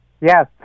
Yes